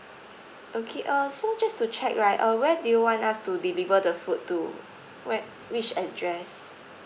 okay uh so just to check right uh where do you want us to deliver the food to where which address